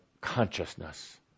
consciousness